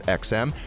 xm